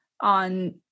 on